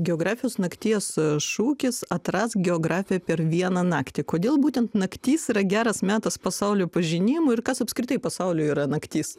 geografijos nakties šūkis atrask geografiją per vieną naktį kodėl būtent naktis yra geras metas pasaulio pažinimui ir kas apskritai pasauliui yra naktis